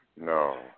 No